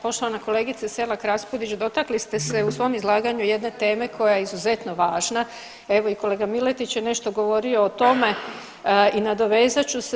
Poštovana kolegice Selak Raspudić dotakli ste se u svom izlaganju jedne teme koja je izuzetno važna, pa evo i kolega Miletić je nešto govorio o tome i nadovezat ću se.